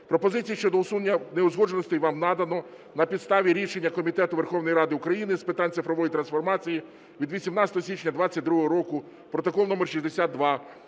Пропозиції щодо усунення неузгодженостей вам надано на підставі рішення Комітету Верховної Ради України з питань цифрової трансформації від 18 січня 2022 року (протокол № 62)